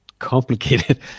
complicated